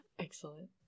Excellent